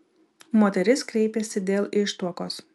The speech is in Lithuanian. moteris kreipėsi dėl ištuokos